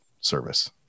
service